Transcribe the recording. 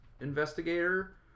investigator